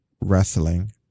Wrestling